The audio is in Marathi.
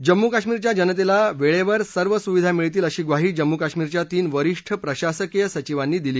जम्मू कश्मीरच्या जनतेला वेळेवर सर्व सुविधा मिळतील अशी ग्वाही जम्मू कश्मीरच्या तीन वरिष्ठ प्रशासकीय सचिवांनी दिली